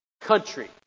country